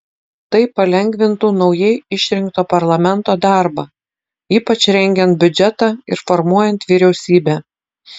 tai palengvintų naujai išrinkto parlamento darbą ypač rengiant biudžetą ir formuojant vyriausybę